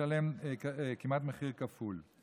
ולשלם כמעט מחיר כפול,